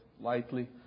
lightly